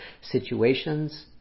situations